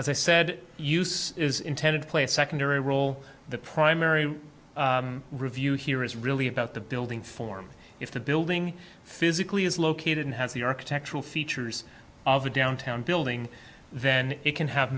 as i said use is intended to play a secondary role the primary review here is really about the building form if the building physically is located and has the architectural features of a downtown building then it can have